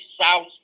South